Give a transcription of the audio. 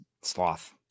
sloth